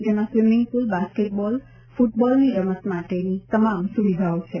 જેમાં swimming pool basketball કૂટબોલની રમત માટેની તમામ સુવિધાઓ છે